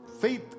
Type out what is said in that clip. faith